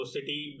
City